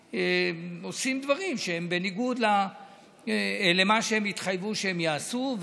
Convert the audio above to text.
עושים דברים שהם בניגוד למה שהם התחייבו שהם יעשו.